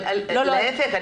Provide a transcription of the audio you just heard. אבל להיפך,